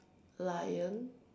lion